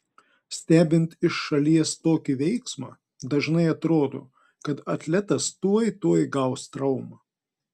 stebint iš šalies tokį veiksmą dažnai atrodo kad atletas tuoj tuoj gaus traumą